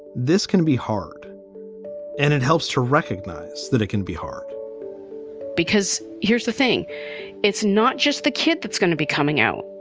this can be hard and it helps to recognize that it can be hard because here's the thing it's not just the kid that's gonna be coming out.